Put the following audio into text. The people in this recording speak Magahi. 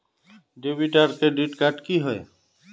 डेबिट आर क्रेडिट कार्ड की होय?